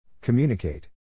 Communicate